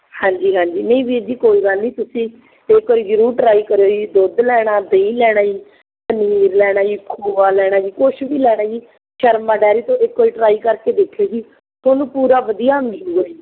ਹਾਂਜੀ ਹਾਂਜੀ ਨਹੀਂ ਵੀਰ ਜੀ ਕੋਈ ਗੱਲ ਨਹੀਂ ਤੁਸੀਂ ਇੱਕ ਵਾਰੀ ਜ਼ਰੂਰ ਟਰਾਈ ਕਰਿਓ ਜੀ ਦੁੱਧ ਲੈਣਾ ਦਹੀਂ ਲੈਣਾ ਜੀ ਪਨੀਰ ਲੈਣਾ ਜੀ ਖੋਆ ਲੈਣਾ ਜੀ ਕੁਛ ਵੀ ਲੈਣਾ ਜੀ ਸ਼ਰਮਾ ਡੈਅਰੀ ਤੋਂ ਇੱਕ ਵਾਰੀ ਟਰਾਈ ਕਰਕੇ ਦੇਖਿਓ ਜੀ ਤੁਹਾਨੂੰ ਪੂਰਾ ਵਧੀਆ ਮਿਲੂੰਗਾ ਜੀ